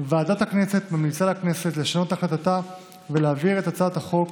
ועדת הכנסת ממליצה לכנסת לשנות את החלטתה ולהעביר את הצעות החוק